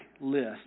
list